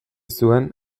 zuen